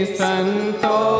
santo